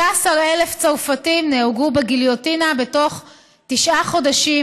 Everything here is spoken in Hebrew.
16,000 צרפתים נהרגו בגיליוטינה בתוך תשעה חודשים,